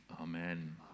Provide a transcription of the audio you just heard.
Amen